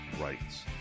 rights